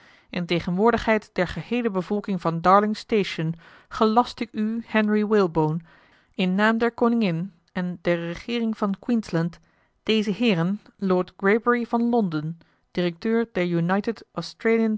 in tegenwoordigheid der geheele bevolking van darling station gelast ik u henry walebone in naam der koningin en der regeering van queensland dezen heeren lord greybury van londen directeur der